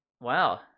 Wow